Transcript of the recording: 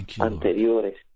anteriores